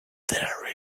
there